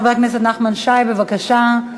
חבר הכנסת נחמן שי, בבקשה.